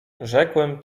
rzekłem